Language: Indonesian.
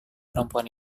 perempuan